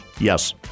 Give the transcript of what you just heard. Yes